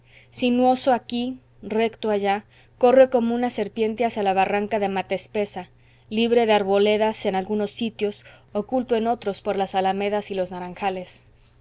sinuoso aquí recto allá corre como una serpiente hacia la barranca de mata espesa libre de arboledas en algunos sitios oculto en otros por las alamedas y los naranjales